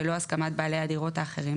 בלא הסכמת בעלי הדירות האחרים,